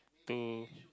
to